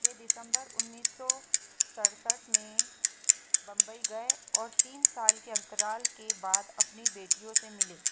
वह दिसम्बर उन्नीस सौ सड़सठ में बम्बई गए और तीन साल के अंतराल के बाद अपनी बेटियों से मिले